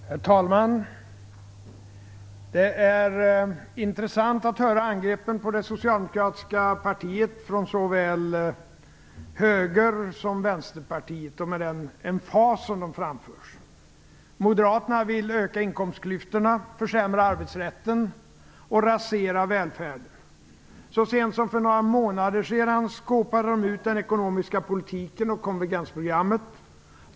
Herr talman! Det är intressant att höra angreppen på det socialdemokratiska partiet från såväl högern som från Vänsterpartiet och med den emfas som de framförs. Moderaterna vill öka inkomstklyftorna, försämra arbetsrätten och rasera välfärden. Så sent som för några månader sedan skåpade de ut den ekonomiska politiken och konvergensprogrammet.